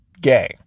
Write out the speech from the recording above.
gay